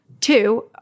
Two